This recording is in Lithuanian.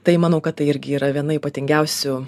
tai manau kad tai irgi yra viena ypatingiausių